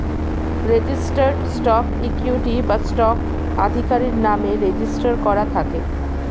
registered stock equity বা stock আধিকারির নামে রেজিস্টার করা থাকে